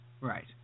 Right